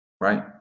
right